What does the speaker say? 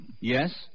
Yes